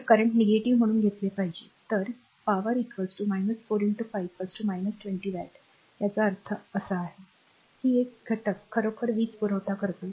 तर current negative म्हणून घेतले पाहिजे तर पी 4 5 तर 20 वॅट याचा अर्थ असा आहे की हा घटक खरोखर वीज पुरवठा करतो